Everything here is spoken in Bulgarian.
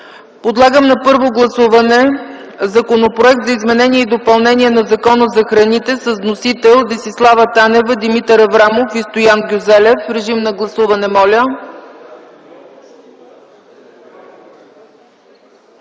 Подлагам на първо гласуване Законопроекта за изменение и допълнение на Закона за храните с вносители Десислава Танева, Димитър Аврамов и Стоян Гюзелев. Моля, гласувайте.